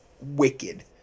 wicked